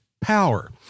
power